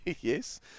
Yes